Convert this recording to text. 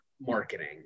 marketing